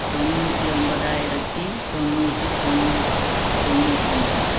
தொண்ணூற்றி ஒன்பதாயிரத்தி தொண்ணூற்றி தொண்ணூத் தொண்ணூத்தொம்பது